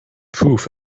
proof